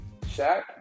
Shaq